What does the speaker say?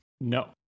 No